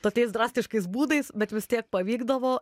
tokiais drastiškais būdais bet vis tiek pavykdavo